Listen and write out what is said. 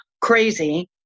crazy